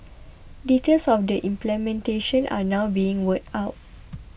details of the implementation are now being worked out